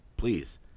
Please